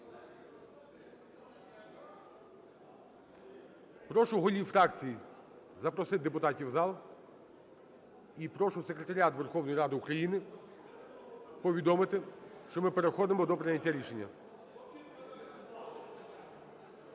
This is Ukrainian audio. Прошу голів фракцій запросити депутатів в зал. І прошу Секретаріат Верховної Ради України повідомити, що ми переходимо до прийняття рішення.